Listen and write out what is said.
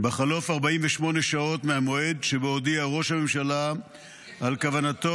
בחלוף 48 שעות מהמועד שבו הודיע ראש הממשלה על כוונתנו